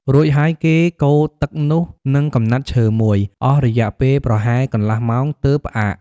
រួចហើយគេកូរទឹកនោះនឹងកំណាត់ឈើមួយ អស់រយៈពេលប្រហែលកន្លះម៉ោងទើបផ្អាក។